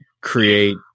create